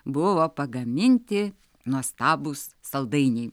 buvo pagaminti nuostabūs saldainiai